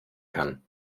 kann